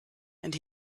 and